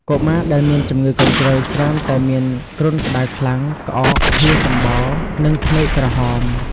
កុមារដែលមានជំងឺកញ្ជ្រឹលច្រើនតែមានគ្រុនក្តៅខ្លាំង ក្អក ហៀរសំបោរ និងភ្នែកក្រហម